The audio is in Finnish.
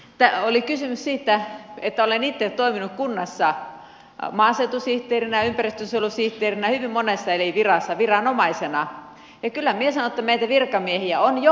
lisäksi oli kysymys siitä että olen itse toiminut kunnassa maaseutusihteerinä ja ympäristönsuojelusihteerinä hyvin monessa eri virassa viranomaisena ja kyllä minä sanon että meitä virkamiehiä on joka lähtöön